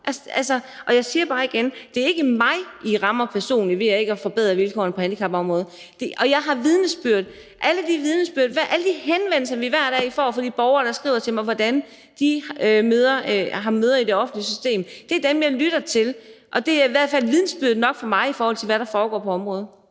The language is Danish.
jeg siger bare igen: Det er ikke mig, I rammer personligt ved ikke at forbedre vilkårene på handicapområdet. Jeg har vidnesbyrd i alle de henvendelser, vi hver dag får fra de borgere, der skriver til mig om, hvordan de har møder i det offentlige system. Det er dem, jeg lytter til. Og det er i hvert fald vidnesbyrd nok for mig til at vide, hvad der foregår på området.